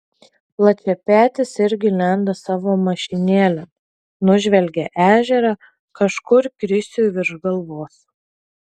plačiapetis irgi lenda savo mašinėlėn nužvelgia ežerą kažkur krisiui virš galvos